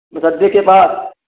गद्दे के बाद